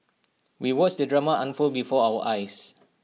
we watched the drama unfold before our eyes